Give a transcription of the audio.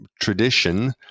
tradition